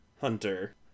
Hunter